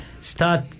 Start